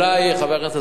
חבר הכנסת אזולאי,